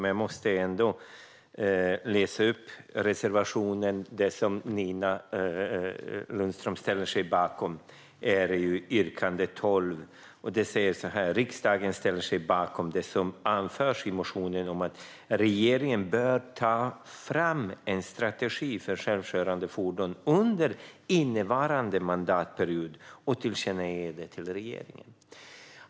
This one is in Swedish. Men jag måste ändå läsa upp det som Nina Lundström ställer sig bakom i yrkande 12 i motion 3894: "Riksdagen ställer sig bakom det som anförs i motionen om att regeringen bör ta fram en strategi för självkörande fordon under innevarande mandatperiod och tillkännager det för regeringen."